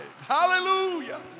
Hallelujah